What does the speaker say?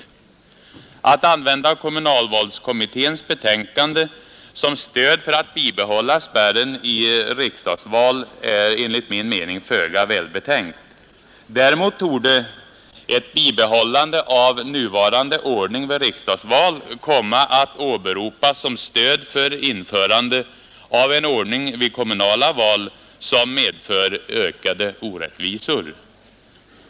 Att använda kommunalvalskommitténs betänkande som stöd för att bibehålla spärren i riksdagsval är enligt min mening föga välbetänkt. Däremot torde ett bibehållande av nuvarande ordning vid riksdagsval komma att åberopas som stöd för införande av en ordning vid kommunala val som medför ökade orättvisor.